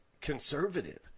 conservative